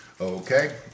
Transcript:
Okay